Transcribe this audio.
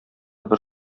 бер